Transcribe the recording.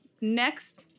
Next